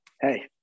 Hey